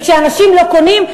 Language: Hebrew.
וכשאנשים לא קונים,